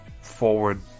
forward